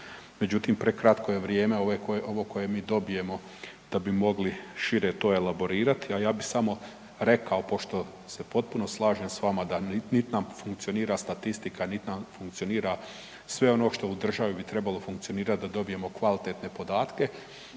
međutim prekratko je vrijeme ovo koje mi dobijemo da bi mogli to šire elaborirati. A ja bih samo rekao pošto se potpuno slažem s vama da nit nam funkcionira statistika, nit nam funkcionira sve ono što u državi bi trebalo funkcionirati da dobijemo kvalitetne podatke,